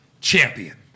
champion